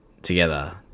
Together